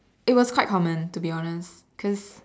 it was quite common to be honest because